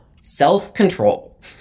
self-control